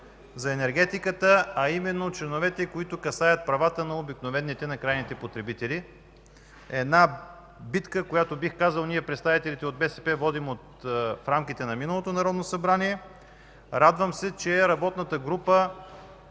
за енергетиката, а именно текстовете, отнасящи се до правата на обикновените, крайните потребители – една битка, която бих казал ние представителите от БСП водим в рамките на миналото Народно събрание. Радвам се, че работната група,